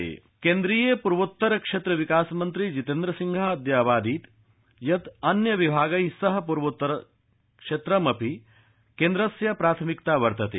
पूर्वोत्तर केन्द्रीय पूर्वोत्तर क्षेत्र विकास मन्त्री जितेन्द्रसिंहः अद्य अवादीत् यत् अन्य विभागैः सह पूर्वोत्तर अपि केन्द्रस्य प्राथमिकता वर्तते